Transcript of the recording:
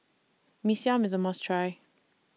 Mee Siam IS A must Try